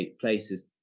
places